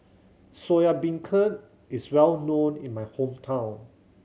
Soya Beancurd is well known in my hometown